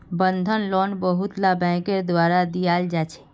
बंधक लोन बहुतला बैंकेर द्वारा दियाल जा छे